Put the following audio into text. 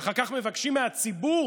ואחר כך מבקשים מהציבור